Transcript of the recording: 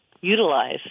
utilize